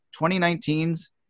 2019's